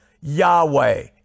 Yahweh